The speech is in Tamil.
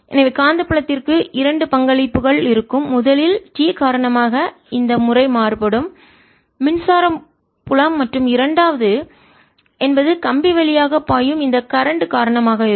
எனவே காந்தப்புலத்திற்கு இரண்டு பங்களிப்புகள் இருக்கும் முதலில் t காரணமாக இந்த முறை மாறுபடும் மின்சார புலம் மற்றும் இரண்டாவது என்பது கம்பி வழியாக பாயும் இந்த கரண்ட் மின்னோட்டத்தின் காரணமாக இருக்கும்